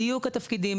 דיוק התפקידים,